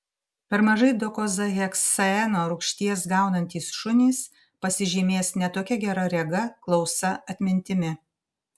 per mažai dokozaheksaeno rūgšties gaunantys šunys pasižymės ne tokia gera rega klausa atmintimi